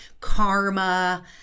karma